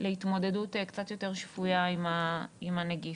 להתמודדות קצת יותר שפויה עם הנגיף.